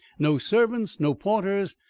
no servants, no porters,